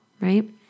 right